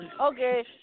Okay